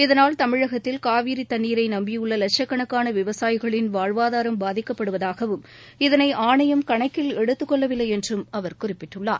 இதனால் தமிழகத்தில் காவிரி தண்ணீரை நம்பியுள்ள லட்சக்கணக்கான விவசாயிகளின் வாழ்வாதாரம் பாதிக்கப்படுவதாகவும் இதனை ஆணையம் கணக்கில் எடுத்துக்கொள்ளவில்லை என்றும் அவர் குறிப்பிட்டுள்ளார்